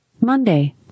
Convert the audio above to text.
Monday